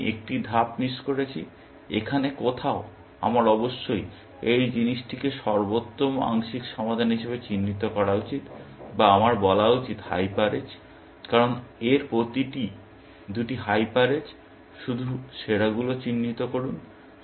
আমি এখানে একটি ধাপ মিস করেছি এখানে কোথাও আমার অবশ্যই এই জিনিসটিকে সর্বোত্তম আংশিক সমাধান হিসাবে চিহ্নিত করা উচিত বা আমার বলা উচিত হাইপার এজ কারণ এর প্রতিটি দুটি হাইপার এজ শুধু সেরাগুলো চিহ্নিত করুন